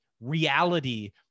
reality